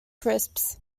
crisps